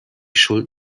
schuld